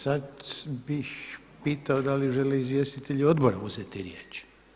Sada bih pitao da li žele izvjestitelji odbora uzet riječ?